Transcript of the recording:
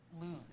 lose